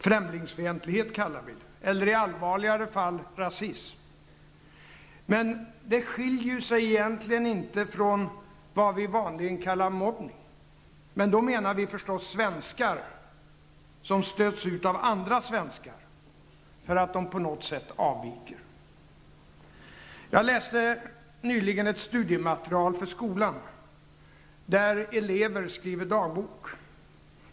Främlingsfientlighet kallar vi det -- eller i allvarligare fall rasism -- men det skiljer sig egentligen inte från vad vi vanligen kallar mobbning; då menar vi förstås svenskar som stöts ut av andra svenskar för att de på något sätt avviker. Jag läste nyligen ett studiematerial för skolan, där elever skrivit dagbok.